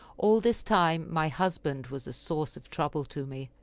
all this time my husband was a source of trouble to me,